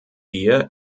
wir